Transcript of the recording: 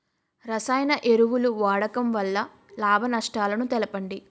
రసాయన ఎరువుల వాడకం వల్ల లాభ నష్టాలను తెలపండి?